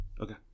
Okay